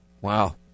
Wow